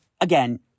again